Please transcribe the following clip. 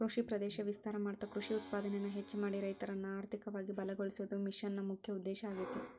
ಕೃಷಿ ಪ್ರದೇಶ ವಿಸ್ತಾರ ಮಾಡ್ತಾ ಕೃಷಿ ಉತ್ಪಾದನೆನ ಹೆಚ್ಚ ಮಾಡಿ ರೈತರನ್ನ ಅರ್ಥಧಿಕವಾಗಿ ಬಲಗೋಳಸೋದು ಮಿಷನ್ ನ ಮುಖ್ಯ ಉದ್ದೇಶ ಆಗೇತಿ